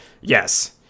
Yes